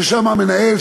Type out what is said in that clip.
ששם המנהל,